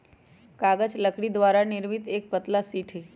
कागज लकड़ी द्वारा निर्मित एक पतला शीट हई